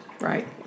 right